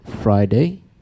Friday